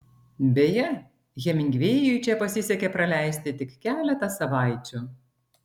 beje hemingvėjui čia pasisekė praleisti tik keletą savaičių